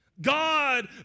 God